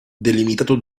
delimitato